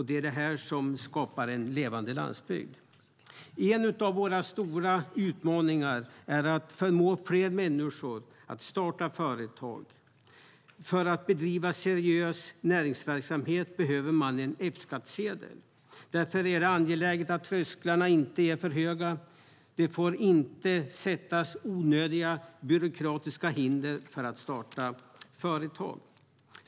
Det är det som skapar en levande landsbygd. En av våra stora utmaningar är att förmå fler människor att starta företag. För att bedriva seriös näringsverksamhet behöver man en F-skattsedel. Därför är det angeläget att trösklarna inte är för höga. Det får inte sättas onödiga byråkratiska hinder för att starta företag.